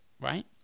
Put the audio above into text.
right